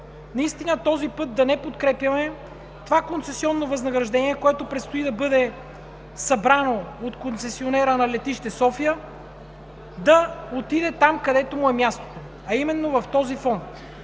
наистина този път да не подкрепяме това концесионно възнаграждение, което предстои да бъде събрано от концесионера на летище София да отиде там, където му е мястото, а именно в този фонд.